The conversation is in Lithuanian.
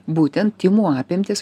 būtent tymų apimtys